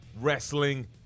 Wrestling